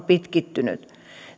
pitkittynyt